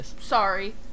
sorry